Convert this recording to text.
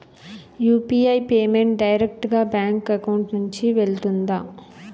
UPI payment direct గా bank account నుంచి వెళ్తుందా?